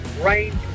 range